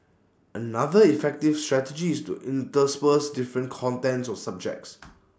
another effective strategy is to intersperse different contents or subjects